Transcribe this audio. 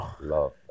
Love